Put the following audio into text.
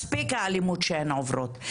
מספיק האלימות שהן עוברות.